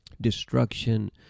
destruction